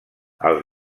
els